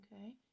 okay